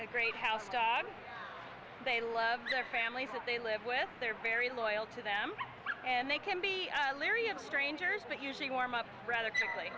great house dad they love their families that they live with their very loyal to them and they can be leery of strangers but usually warm up rather quickly